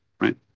right